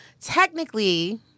Technically